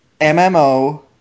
MMO